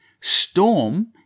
storm